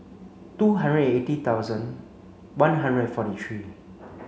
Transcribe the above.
two hundred and eighty thousand one hundred and forty three